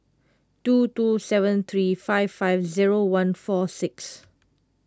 two two seven three five five zero one four six